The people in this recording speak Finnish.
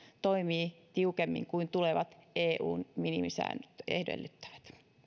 toimii tiukemmin kuin tulevat eun minimisäännöt edellyttävät